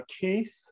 Keith